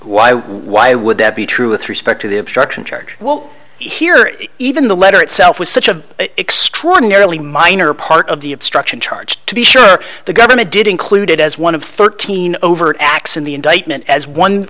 why why would that be true with respect to the obstruction charge well here even the letter itself was such a extraordinarily minor part of the obstruction charge to be sure the government did include it as one of thirteen overt acts in the indictment as one